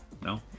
No